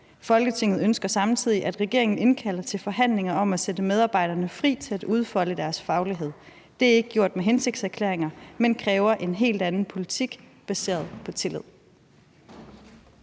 Folketinget ønsker samtidig, at regeringen indkalder til forhandlinger om at sætte medarbejdere fri til at udfolde deres faglighed. Det er ikke gjort med hensigtserklæringer, men kræver en helt anden politik baseret på tillid.«